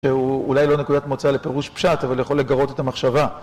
שהוא אולי לא נקודת מוצאה לפירוש פשט, אבל יכול לגרות את המחשבה.